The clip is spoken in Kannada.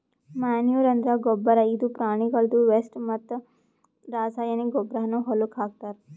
ಮ್ಯಾನೂರ್ ಅಂದ್ರ ಗೊಬ್ಬರ್ ಇದು ಪ್ರಾಣಿಗಳ್ದು ವೆಸ್ಟ್ ಮತ್ತ್ ರಾಸಾಯನಿಕ್ ಗೊಬ್ಬರ್ನು ಹೊಲಕ್ಕ್ ಹಾಕ್ತಾರ್